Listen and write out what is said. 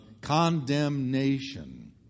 condemnation